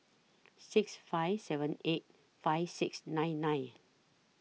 six five seven eight five six nine nine